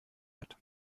hat